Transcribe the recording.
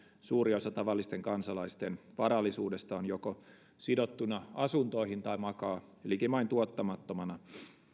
suuri osa tavallisten kansalaisten varallisuudesta on joko sidottuna asuntoihin tai makaa likimain tuottamattomana